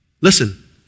Listen